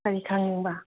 ꯀꯔꯤ ꯈꯪꯅꯤꯡꯕ